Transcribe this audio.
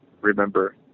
remember